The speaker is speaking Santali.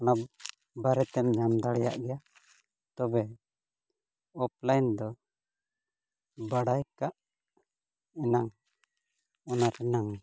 ᱚᱱᱟ ᱵᱟᱨᱮᱛᱮᱢ ᱧᱟᱢ ᱫᱟᱲᱮᱭᱟᱜ ᱜᱮᱭᱟ ᱛᱚᱵᱮ ᱚᱯᱷᱞᱟᱭᱤᱱ ᱫᱚ ᱵᱟᱲᱟᱭ ᱠᱟᱜ ᱮᱱᱟᱝ ᱚᱱᱟ ᱨᱮᱱᱟᱝ